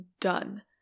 done